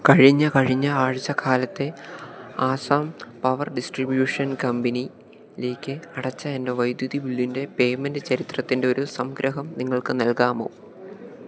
കഴിഞ്ഞ കഴിഞ്ഞ ആഴ്ച കാലത്തെ ആസം പവർ ഡിസ്ട്രിബ്യൂഷൻ കമ്പനിയിലേക്ക് അടച്ച എൻ്റെ വൈദ്യുതി ബില്ലിൻ്റെ പേയ്മെൻ്റ് ചരിത്രത്തിൻ്റെ ഒരു സംഗ്രഹം നിങ്ങൾക്ക് നൽകാമോ